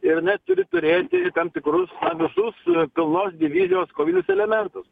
ir jinai turi turėti tam tikrus na visus e pilnos divizijos kovinius elementus